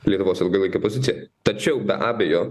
lietuvos ilgalaikę poziciją tačiau be abejo